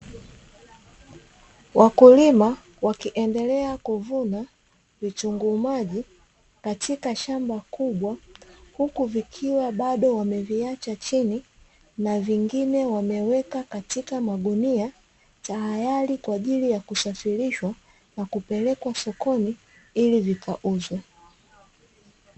Wakulima wakiendelea kuvuna vitunguu maji katika shamba kubwa, huku vikiwa bado wameviacha chini, na vingine wameweka katika magunia, tayari kwa ajili ya kusafirishwa na kupelekwa sokoni ili vikauzwe.